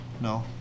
No